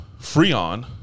Freon